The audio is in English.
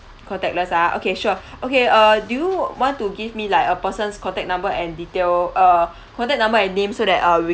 contactless ah okay sure okay err do you want to give me like a person's contact number and detail uh contact number and name so that uh we